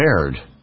prepared